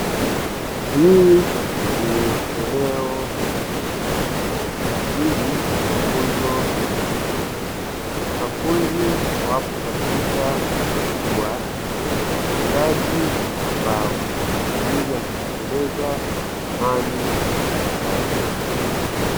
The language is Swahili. Hili ni eneo la shule kwa ajili ya mafunzo ya vitendo, wanafunzi wapo katika hatua za uchongaji wa mbao kwa ajili ya kutengeneza samani mbalimbali.